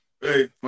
Hey